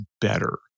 better